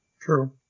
True